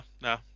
no